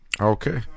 Okay